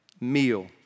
meal